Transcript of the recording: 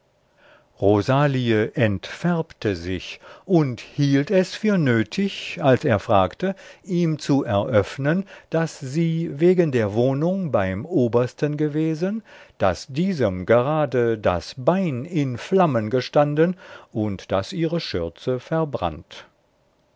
rosalie entfärbte sich und hielt es für nötig als er fragte ihm zu eröffnen daß sie wegen der wohnung beim obersten gewesen daß diesem gerade das bein in flammen gestanden und daß ihre schürze verbrannt